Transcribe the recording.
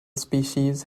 species